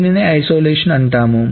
దీనినే ఐసోలేషన్ అంటాము